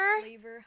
Flavor